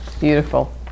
Beautiful